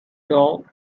dog